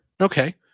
Okay